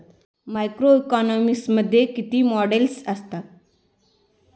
Macroeconomics मध्ये किती models असतात?